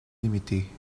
limitée